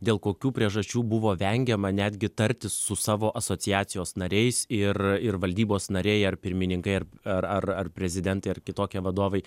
dėl kokių priežasčių buvo vengiama netgi tartis su savo asociacijos nariais ir ir valdybos nariai ir pirmininkai ar ar ar prezidentai ar kitokie vadovai